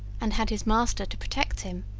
and had his master to protect him,